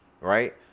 Right